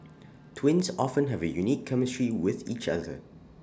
twins often have A unique chemistry with each other